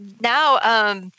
now